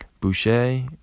boucher